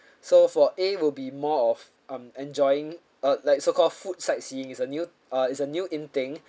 so for A will be more of um enjoying uh like so called food sightseeing it's a new uh it's a new in thing